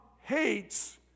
hates